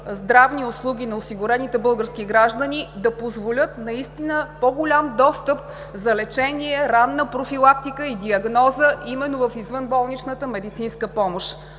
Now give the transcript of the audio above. здравни услуги на осигурените български граждани, да позволят наистина по-голям достъп за лечение, ранна профилактика и диагноза именно в извънболничната медицинска помощ.